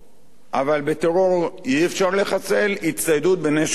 אבל בטרור אי-אפשר לחסל, הצטיידות בנשק גרעיני.